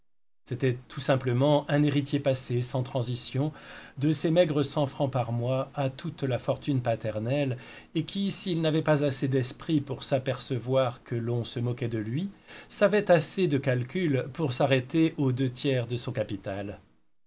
c'était tout simplement un héritier passé sans transition de ses maigres cent francs par mois à toute la fortune paternelle et qui s'il n'avait pas assez d'esprit pour s'apercevoir que l'on se moquait de lui savait assez de calcul pour s'arrêter aux deux tiers de son capital